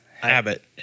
Habit